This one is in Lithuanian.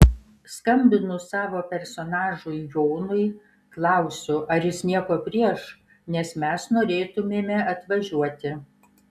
skambinu savo personažui jonui klausiu ar jis nieko prieš nes mes norėtumėme atvažiuoti